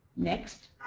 next.